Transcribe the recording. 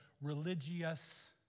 religious